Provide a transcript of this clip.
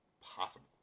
possible